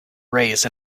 raised